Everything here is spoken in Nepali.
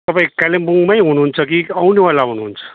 तपाईँ कालिम्पोङमै हुनुहुन्छ कि आउनेवाला हुनुहुन्छ